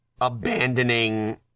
abandoning